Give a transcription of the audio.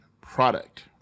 product